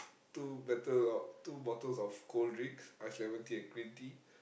two better of two bottles of cold drinks ice lemon tea and green tea